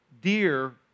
dear